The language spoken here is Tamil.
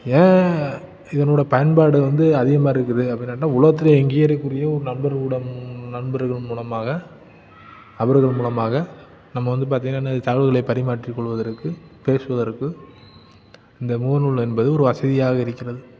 ஏன் இதனோடய பயன்பாடு வந்து அதிகமாக இருக்குது அப்படின்னு கேட்டால் உலகத்துலேயே எங்கேயே இருக்கக்கூடிய ஒரு நண்பர்களுடன் நண்பர்கள் மூலமாக அவர்களும் மூலமாக நம்ம வந்து பார்த்தீங்கன்னா இன்னும் தகவலை பரிமாற்றிக் கொள்வதற்கு பேசுவதற்கு இந்த முகநூல் என்பது ஒரு வசதியாக இருக்கிறது